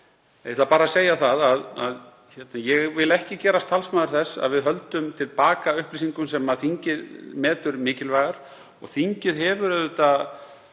ætla bara að segja það að ég vil ekki gerast talsmaður þess að við höldum til baka upplýsingum sem þingið metur mikilvægar og þingið hefur auðvitað